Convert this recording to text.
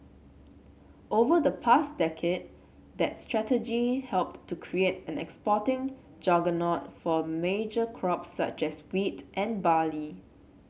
over the past decade that strategy helped to create an exporting juggernaut for major crops such as wheat and barley